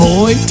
Boy